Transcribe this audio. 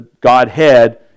Godhead